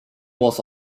was